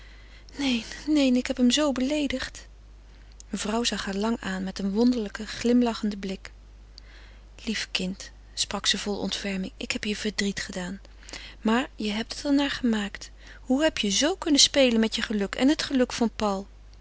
neen neen ik heb hem zoo beleedigd mevrouw zag haar lang aan met een wonderlijk glimlachenden blik lief kind sprak ze vol ontferming ik heb je verdriet gedaan maar je hebt het er naar gemaakt hoe heb je zoo kunnen spelen met je geluk en met het geluk van paul